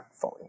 fully